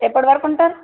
ఎప్పడివరకు ఉంటారు